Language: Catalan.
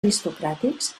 aristocràtics